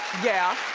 yeah.